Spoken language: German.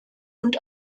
und